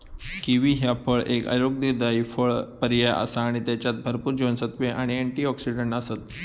kiwi ह्या फळ एक आरोग्यदायी पर्याय आसा आणि त्येच्यात भरपूर जीवनसत्त्वे आणि अँटिऑक्सिडंट आसत